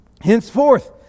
Henceforth